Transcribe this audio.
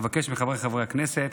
אבקש מחבריי חברי הכנסת